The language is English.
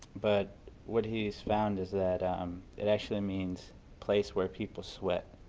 but what he's found is that it actually means place where people sweat,